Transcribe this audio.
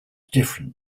different